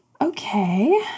Okay